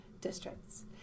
districts